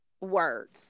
words